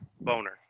boner